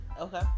Okay